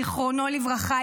זיכרונו לברכה,